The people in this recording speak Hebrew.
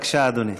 בבקשה, אדוני.